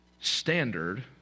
standard